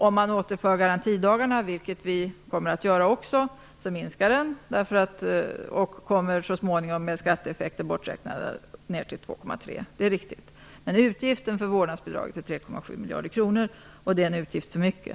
Om man återinför garantidagarna, vilket vi kommer att göra, minskar de och kommer så småningom med skatteeffekten borträknad ner till 2,3 miljarder. Det är riktigt. Men utgiften för vårdnadsbidraget är 3,7 miljarder. Det är en utgift för mycket.